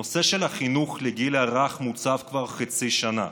נושא החינוך לגיל הרך מוצף כבר חצי שנה,